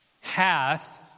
hath